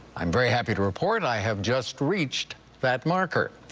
i'm very happy to report i have just reached that marker.